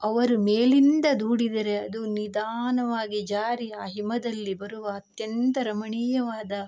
ಅವರು ಮೇಲಿಂದ ದೂಡಿದರೆ ಅದು ನಿಧಾನವಾಗಿ ಜಾರಿ ಆ ಹಿಮದಲ್ಲಿ ಬರುವ ಅತ್ಯಂತ ರಮಣೀಯವಾದ